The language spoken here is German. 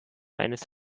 eines